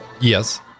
yes